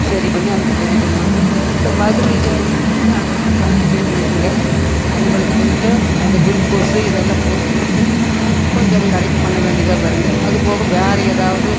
சரி பண்ணி அவருக்கு சரி பண்ணணுங்க இந்த வயிறு இதாகும் போதுங்க அதுக்கு தனி ட்ரீட்மெண்ட்டுங்க அவங்களுக்கு கொஞ்சம் அது குள்க்கோஸு இதெல்லாம் போட்டுக் கொடுத்து கொஞ்சம் அது கரெக்ட் பண்ண வேண்டியதாக வரும்ங்க அது போக வேறு ஏதாவது